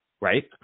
right